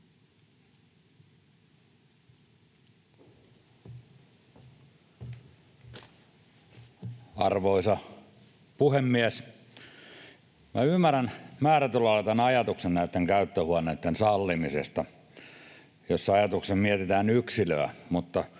Arvoisa puhemies! Minä ymmärrän määrätyllä lailla tämän ajatuksen näitten käyttöhuoneitten sallimisesta, jos ajatuksena mietitään yksilöä.